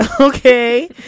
okay